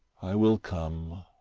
i will come.